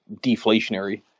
deflationary